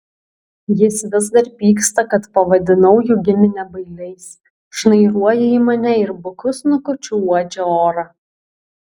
jis vis dar pyksta kad pavadinau jų giminę bailiais šnairuoja į mane ir buku snukučiu uodžia orą